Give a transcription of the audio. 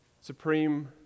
Supreme